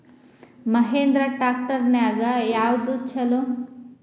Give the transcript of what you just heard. Mahindra tractor ನ್ಯಾಗ ಯಾವ್ದ ಛಲೋ?